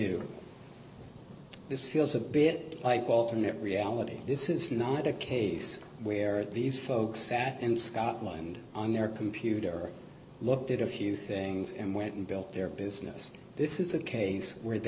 this feels a bit like alternate reality this is not a case where these folks sat in scotland on their computer looked at a few things and went and built their business this is a case where